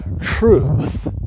truth